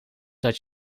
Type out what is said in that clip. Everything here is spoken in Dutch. dat